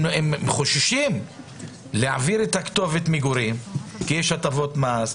הם חוששים להעביר את כתובת המגורים כי יש הטבות מס,